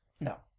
No